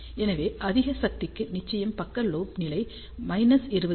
எனவே அதிக சக்திக்கு நிச்சயமாக பக்க லோப் நிலை 20 டி